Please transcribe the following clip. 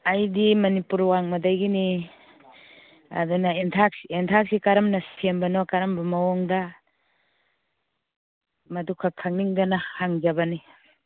ꯑꯩꯗꯤ ꯃꯅꯤꯄꯨꯔ ꯋꯥꯡꯃꯗꯒꯤꯅꯤ ꯑꯗꯨꯅ ꯍꯦꯟꯇꯥꯛ ꯍꯦꯟꯇꯥꯛꯁꯤ ꯀꯔꯝꯅ ꯁꯦꯝꯕꯅꯣ ꯀꯔꯝꯕ ꯃꯑꯣꯡꯗ ꯃꯗꯨꯈꯛ ꯈꯪꯅꯤꯡꯗꯅ ꯍꯪꯖꯕꯅꯤ